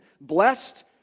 Blessed